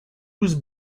was